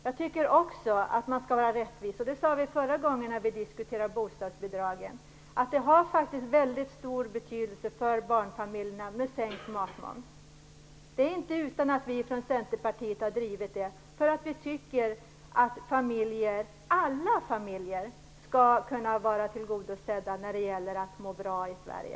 Jag tycker också att man skall vara rättvis. Det sade vi förra gången vi diskuterade bostadsbidragen. Sänkt matmoms har faktiskt väldigt stor betydelse för barnfamiljerna. Det är inte utan att vi från Centerpartiet har drivit den frågan därför att vi tycker att alla familjer skall vara tillgodosedda när det gäller att må bra i Sverige.